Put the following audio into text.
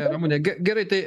ramune ge gerai tai